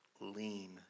lean